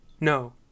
no